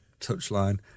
touchline